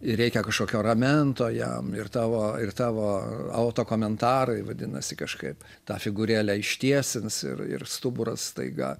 ir reikia kažkokio ramento jam ir tavo ir tavo auto komentarai vadinasi kažkaip tą figūrėlę ištiesins ir ir stuburas staiga